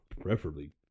preferably